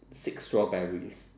six strawberries